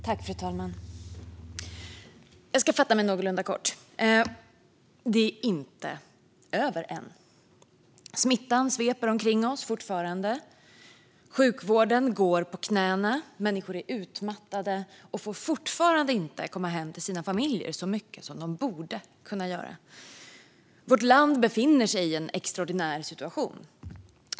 Fru talman! Jag ska fatta mig någorlunda kort. Det är inte över än. Smittan sveper fortfarande omkring oss. Sjukvården går på knäna. Människor är utmattade och får fortfarande inte komma hem till sina familjer så mycket som de borde kunna göra. Vårt land befinner sig i en extraordinär situation.